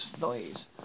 noise